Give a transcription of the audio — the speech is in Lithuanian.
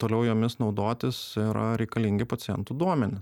toliau jomis naudotis yra reikalingi pacientų duomenys